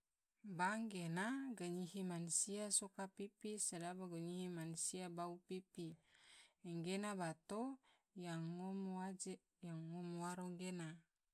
Bank gena, gunyihi mansia soka pipi, sedaba gunyihi mansia bau pipi, gena bato yang ngom waro gena.